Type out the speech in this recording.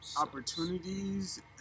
opportunities